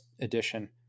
edition